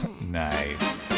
Nice